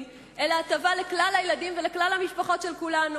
אלא הטבה לכלל הילדים ולכלל המשפחות של כולנו.